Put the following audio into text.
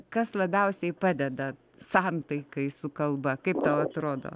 kas labiausiai padeda santaikai su kalba kaip tau atrodo